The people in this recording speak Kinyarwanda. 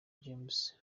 james